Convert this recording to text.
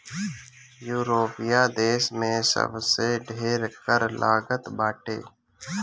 यूरोपीय देस में सबसे ढेर कर लागत बाटे